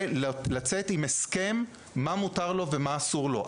ולצאת עם הסכם של מה שמותר ומה אסור לו.